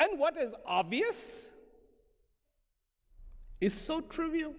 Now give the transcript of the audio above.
and what is obvious is so trivial